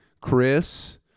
Chris